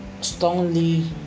strongly